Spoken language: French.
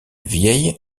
vieille